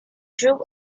drew